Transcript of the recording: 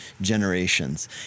generations